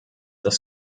das